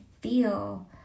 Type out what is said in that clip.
feel